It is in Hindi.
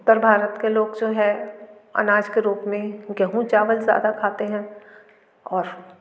उत्तर भारत के लोग जो है अनाज के रूप में गेहूं चावल ज़्यादा खाते हैं और